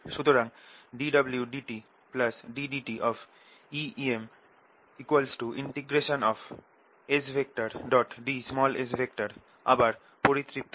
সুতরাং dWdt ddtEem Sds আবার পরিতৃপ্ত হয়